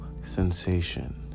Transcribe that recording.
sensation